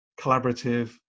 collaborative